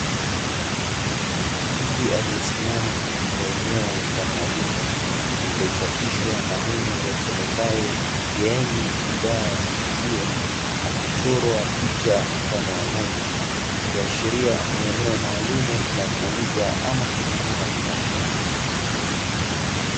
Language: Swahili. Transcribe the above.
Mtu aliyesimama katika eneo mfano wa duka lililochapishwa maneno yasomekayo "kieni bidhaa za maziwa" na kuchorwa picha mfano wa ng’ombe, likiashiria ni eneo maalumu la kuuza ama kununua bidhaa hizo.